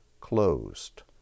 closed